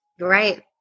right